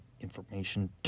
information